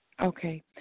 Okay